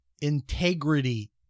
integrity